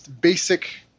basic